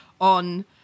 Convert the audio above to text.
on